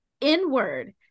inward